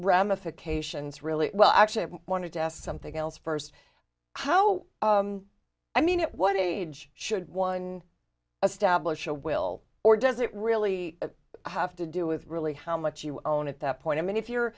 ramifications really well actually i wanted to ask something else first how i mean at what age should one establish a will or does it really have to do with really how much you own at that point i mean if you're